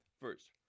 First